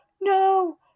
no